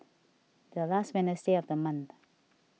the last Wednesday of the month